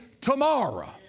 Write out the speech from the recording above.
tomorrow